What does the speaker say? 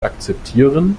akzeptieren